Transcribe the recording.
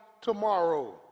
tomorrow